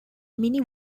mini